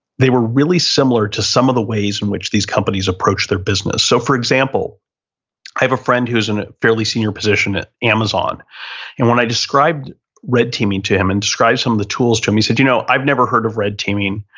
they were really similar to some of the ways in which these companies approached their business. so for example, i have a friend who is in a fairly senior position at amazon and when i described red teaming to him and described some of the tools to him, he said, you know i've never heard of red teaming.